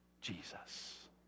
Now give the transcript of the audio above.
Jesus